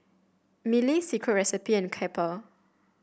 Mili Secret Recipe and Kappa